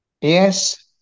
Yes